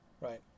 right